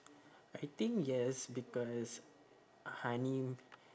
I think yes because honey